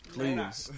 Please